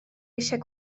eisiau